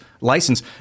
license